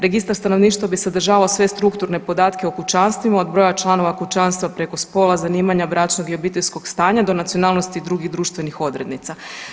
Registar stanovništva bi sadržavao sve strukturne podatke o kućanstvima od broja članova kućanstva preko spola, zanimanja, bračnog i obiteljskog stanja do nacionalnosti i drugih društvenih odrednica.